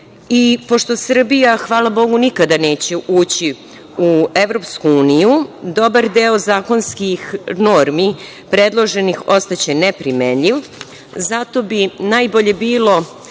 pošto Srbija, hvala Bogu, nikada neće ući u EU, dobar deo zakonskih normi, predloženih ostaće neprimenjiv. Zato bi najbolje bilo